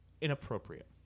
inappropriate